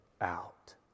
out